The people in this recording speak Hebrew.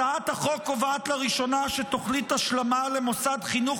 הצעת החוק קובעת לראשונה שתוכנית השלמה למוסד חינוך